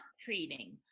treating